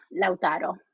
Lautaro